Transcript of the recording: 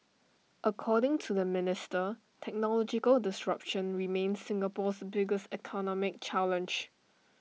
according to the minister technological disruption remains Singapore's biggest economic challenge